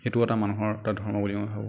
সেইটোও এটা মানুহৰ এটা ধৰ্ম বুলি মই ভাৱোঁ